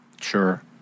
Sure